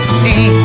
see